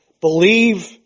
Believe